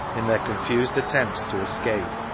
in their confused attempts to escape,